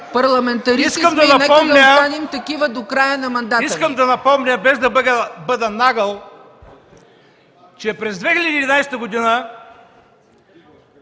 Искам да напомня, без да бъда нагъл, че през 2011 г.